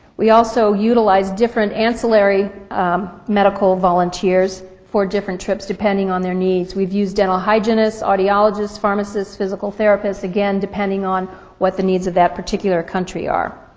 we also utilize different ancillary medical volunteers for different trips depending on their needs. we've used dental hygienists, audiologists, pharmacists, physical therapists, again, depending upon what the needs of that particular country are.